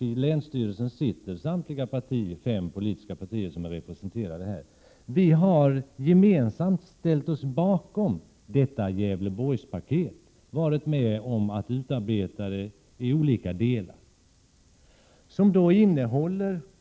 I länsstyrelsens styrelse sitter samtliga de fem politiska partier som är representerade här. Vi har gemensamt ställt oss bakom detta Gävleborgspaket, och vi har i olika delar varit med om att utarbeta detta.